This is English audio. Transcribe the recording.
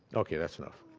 okay, that's enough.